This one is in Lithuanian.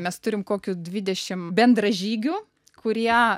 mes turim kokių dvidešim bendražygių kurie